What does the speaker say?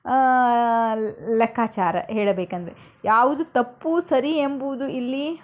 ಲೆಕ್ಕಾಚಾರ ಹೇಳಬೇಕಂದರೆ ಯಾವುದು ತಪ್ಪು ಸರಿ ಎಂಬುವುದು ಇಲ್ಲಿ